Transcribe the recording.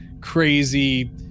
crazy